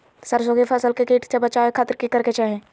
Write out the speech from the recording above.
सरसों की फसल के कीट से बचावे खातिर की करे के चाही?